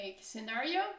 scenario